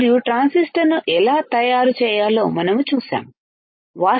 మరియు ట్రాన్సిస్టర్ను ఎలా తయారు చేయాలో మాస్ఫెట్ ను ఎలా తయారు చేయాలో చూశాము కదా